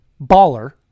Baller